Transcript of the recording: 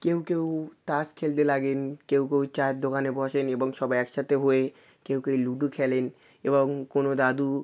কেউ কেউ তাস খেলতে লাগেন কেউ কেউ চায়ের দোকানে বসেন এবং সব একসাতে হয়ে কেউ কেউ লুডো খেলেন এবং কোনো দাদু